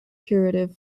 curative